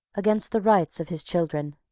against the rights of his children.